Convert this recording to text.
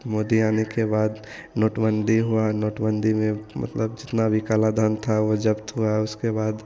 मोदी आने के बाद नोटबन्दी हुआ नोटबन्दी में मतलब जितना भी काला धन था वह जब्त हुआ उसके बाद